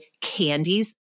candies